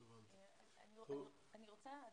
אני רוצה לחדד.